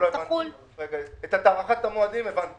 את הארכת המועדים הבנתי.